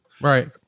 Right